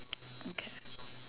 okay